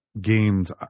games